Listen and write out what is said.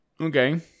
Okay